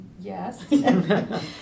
yes